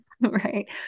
right